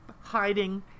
hiding